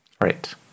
Right